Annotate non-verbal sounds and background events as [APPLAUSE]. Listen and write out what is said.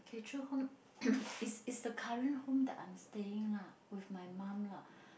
okay true home [COUGHS] is is the current home that I'm staying lah with my mum lah